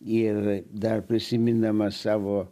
ir dar prisimindamas savo